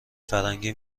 فرنگی